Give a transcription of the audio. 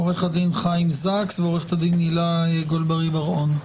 עורך הדין חיים זקס ועורכת הדין הילה גולברי בר און.